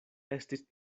estis